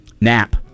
Nap